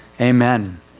Amen